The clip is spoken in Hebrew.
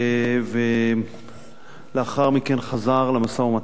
ולאחר מכן חזר למשא-ומתן,